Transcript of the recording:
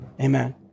amen